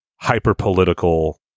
hyper-political